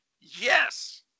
Yes